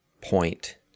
point